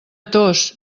tos